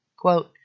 Quote